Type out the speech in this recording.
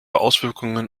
auswirkungen